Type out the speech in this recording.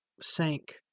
sank